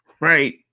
right